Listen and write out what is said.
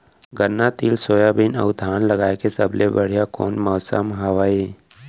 गन्ना, तिल, सोयाबीन अऊ धान उगाए के सबले बढ़िया कोन मौसम हवये?